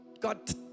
God